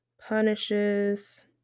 punishes